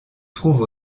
trouve